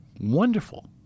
wonderful